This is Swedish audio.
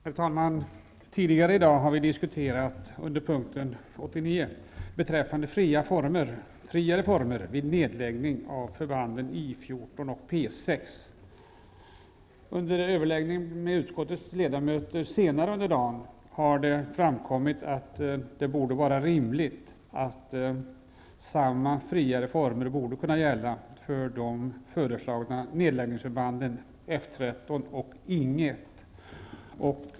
Herr talman! Tidigare i dag har vi under punkten 89 diskuterat friare former vid nedläggning av förbanden I 14 och P 6. Under överläggningen med utskottets ledamöter senare under dagen har det framkommit att det skulle vara rimligt att likadana friare former borde kunna gälla för förbanden F 13 och Ing 1, som har föreslagits läggas ned.